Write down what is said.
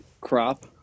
crop